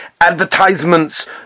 advertisements